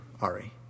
Ari